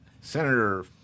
Senator